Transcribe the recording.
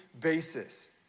basis